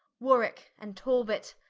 warwick and talbot,